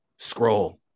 scroll